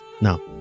Now